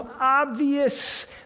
obvious